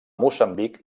moçambic